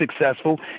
successful